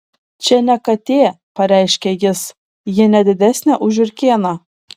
čia ne katė pareiškė jis ji ne didesnė už žiurkėną